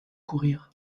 courir